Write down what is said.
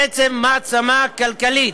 בעצם מעצמה כלכלית.